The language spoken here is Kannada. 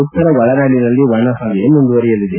ಉತ್ತರ ಒಳನಾಡಿನಲ್ಲಿ ಒಣಹವೆ ಮುಂದುವರಿಯಲಿದೆ